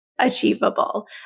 achievable